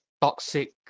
toxic